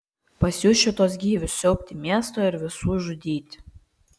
pasiųs šituos gyvius siaubti miesto ir visų žudyti